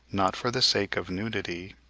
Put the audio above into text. not for the sake of nudity,